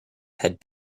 had